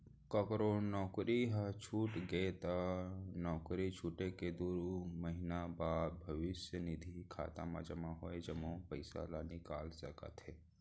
ककरो नउकरी ह छूट गे त नउकरी छूटे के दू महिना बाद भविस्य निधि खाता म जमा होय जम्मो पइसा ल निकाल सकत हे